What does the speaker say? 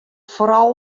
foaral